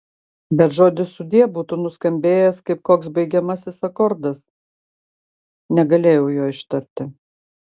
bet žodis sudie būtų nuskambėjęs kaip koks baigiamasis akordas negalėjau jo ištarti